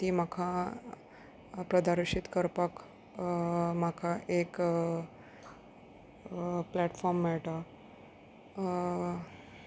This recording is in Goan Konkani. ती म्हाका प्रदर्शीत करपाक म्हाका एक प्लॅटफॉर्म मेळटा